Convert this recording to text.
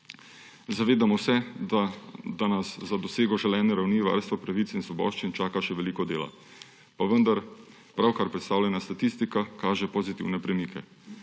Zavedamo se, da nas za dosego želene ravni varstva pravic in svoboščin čaka še veliko dela, pa vendar pravkar predstavljena statistika kaže pozitivne premike.